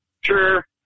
Sure